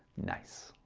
nice.